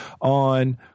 on